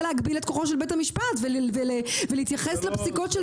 להגביל את כוחות של בית המשפט ולהתייחס לפסיקות של